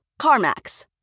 CarMax